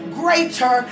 greater